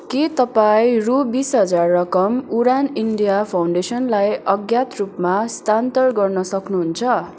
के तपाईँ रु बिस हजार रकम उडान इन्डिया फाउन्डेसनलाई अज्ञात रूपमा स्थानान्तर गर्न सक्नुहुन्छ